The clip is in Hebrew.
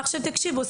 עכשיו תקשיבו,